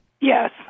Yes